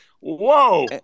whoa